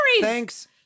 Thanks